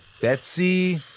Betsy